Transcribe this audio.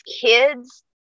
kids